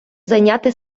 зайняти